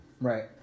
Right